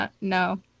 no